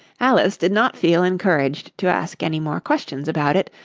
alice did not feel encouraged to ask any more questions about it,